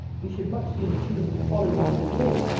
we should much sooner choose to follow you to the grave,